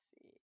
see